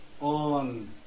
on